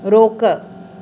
रोकु